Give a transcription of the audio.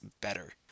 better